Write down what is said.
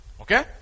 Okay